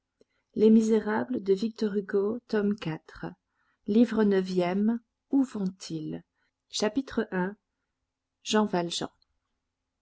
livre neuvième où vont-ils chapitre i jean valjean